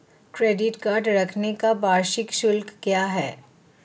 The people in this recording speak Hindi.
डेबिट कार्ड रखने का वार्षिक शुल्क क्या है?